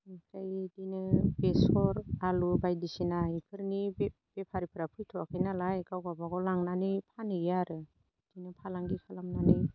ओमफ्राय इदिनो बेसर आलु बायदिसिना इफोरनि बेफारिफ्रा फैथ'वाखै नालाय गावबा गाव लांनानै फानहैयो आरो इदिनो फालांगि खालामनानै